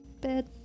bed